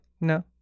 no